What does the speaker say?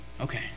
Okay